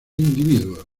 individuos